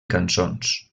cançons